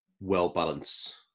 well-balanced